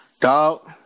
Dog